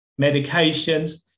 medications